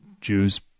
Jews